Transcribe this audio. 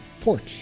Porch